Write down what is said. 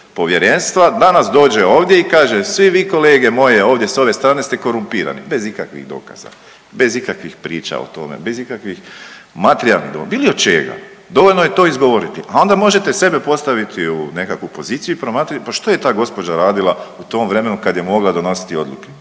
danas dođe ovdje i kaže svi vi kolege moje ovdje s ove strane ste korumpirani, bez ikakvih dokaza, bez ikakvih priča o tome, bez ikakvih materijalnih dokaza, bilo čega. Dovoljno je to izgovoriti, a onda možete sebe postaviti u nekakvu poziciju i promatrati pa što je ta gospođa radila u tom vremenu kad je mogla donositi odluke.